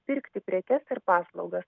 pirkti prekes ir paslaugas